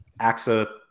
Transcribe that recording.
AXA